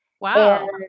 Wow